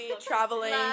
traveling